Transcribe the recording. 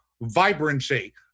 vibrancy